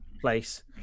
place